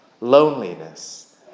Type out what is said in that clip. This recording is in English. loneliness